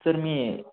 sir मी